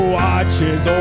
watches